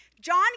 John